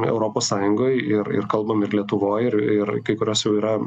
europos sąjungoj ir ir kalbam ir lietuvoj ir ir kai kurios jau yra